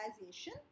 realization